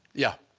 yeah.